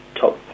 top